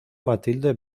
mathilde